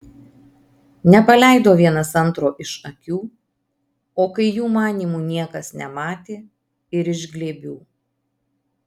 nepaleido vienas antro iš akių o kai jų manymu niekas nematė ir iš glėbių